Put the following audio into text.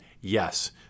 Yes